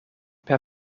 per